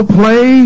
play